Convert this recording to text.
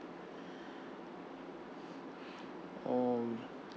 oh